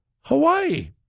Hawaii